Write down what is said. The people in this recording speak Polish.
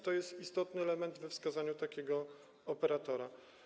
To jest istotny element we wskazaniu takiego operatora.